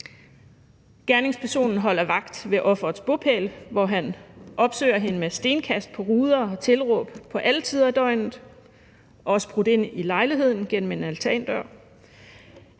Gerningspersonen holder vagt ved offerets bopæl, hvor han opsøger hende med stenkast på ruder og tilråb på alle tider af døgnet. Han har også brudt ind i lejligheden gennem en altandør.